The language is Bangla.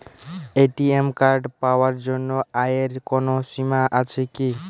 এ.টি.এম কার্ড পাওয়ার জন্য আয়ের কোনো সীমা আছে কি?